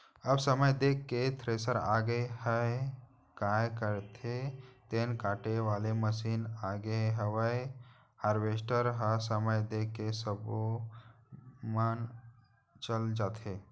अब समय देख के थेरेसर आगे हयय, काय कथें तेन काटे वाले मसीन आगे हवय हारवेस्टर ह समय देख के सब्बो म चल जाथे